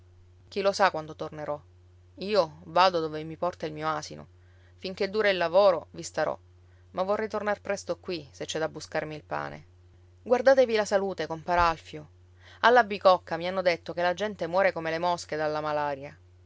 chi lo sa quando tornerò io vado dove mi porta il mio asino finché dura il lavoro vi starò ma vorrei tornar presto qui se c'è da buscarmi il pane guardatevi la salute compare alfio alla bicocca mi hanno detto che la gente muore come le mosche dalla malaria